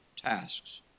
tasks